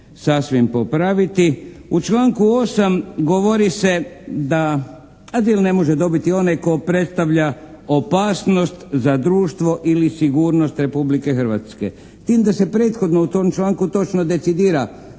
U članku 8. govori se da azil ne može dobiti onaj tko predstavlja opasnost za društvo ili sigurnost Republike Hrvatske s tim da se prethodno u tom članku točno decidira